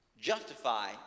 justify